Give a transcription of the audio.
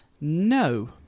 No